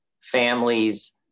families